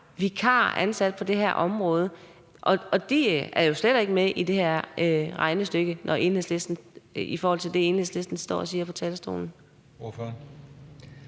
vikarer ansat på det her område, og de er jo slet ikke med i det her regnestykke, altså i forhold til det, Enhedslistens ordfører står og siger på talerstolen. Kl.